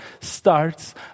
starts